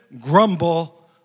Grumble